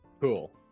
Cool